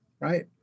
right